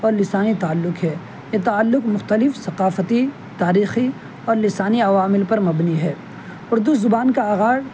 اور لسانی تعلق ہے یہ تعلق مختلف ثقافتی تاریخی اور لسانی عوامل پر مبنی ہے اردو زبان کا آغاز